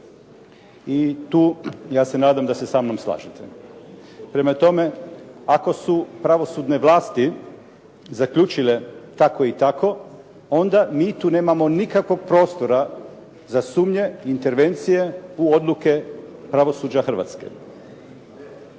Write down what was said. i tu, ja se nadam da se sa mnom slažete. Prema tome, ako su pravosudne vlasti zaključile tako i tako, onda mi tu nemamo nikakvog prostora za sumnje i intervencije u odluke pravosuđa Hrvatske.